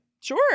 Sure